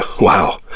wow